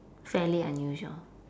fairly unusual